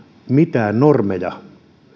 mitään normeja